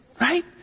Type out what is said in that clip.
Right